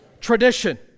Tradition